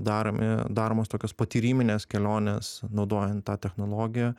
daromi daromos tokios patyriminės kelionės naudojant tą technologiją